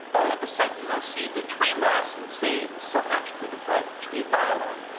all of a sudden they'll see the tree loss and say so much for the private tree by law.